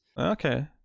okay